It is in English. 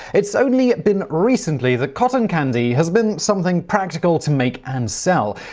it's only been recently that cotton candy has been something practical to make and sell.